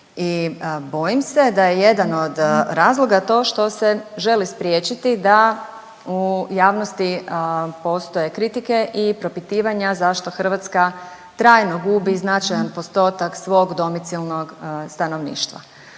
I bojim se da je jedan od razloga to što se želi spriječiti da u javnosti postoje kritike i propitivanja zašto Hrvatska trajno gubi značajan postotak svog domicilnog stanovništva.